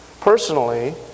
personally